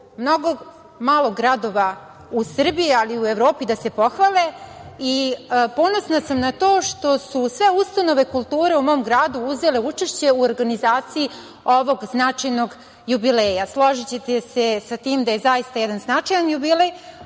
mnogo malao gradova u Srbiji, ali i u Evropi da se pohvale. Ponosna sam na to što su sve ustanove kulture u mom gradu uzele učešće u organizaciji ovog značajnog jubileja. Složićete se sa tim da je zaista jedan značajan jubilej,